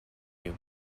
you